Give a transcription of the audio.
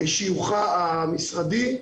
שיוכה המשרדי.